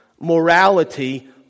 morality